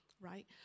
right